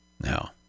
Now